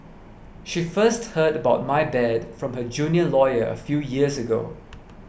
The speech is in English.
she first heard about my bad from her junior lawyer a few years ago